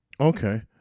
Okay